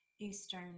Eastern